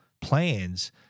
plans